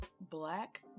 Black